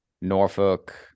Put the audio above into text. Norfolk